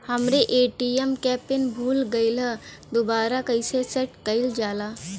हमरे ए.टी.एम क पिन भूला गईलह दुबारा कईसे सेट कइलजाला?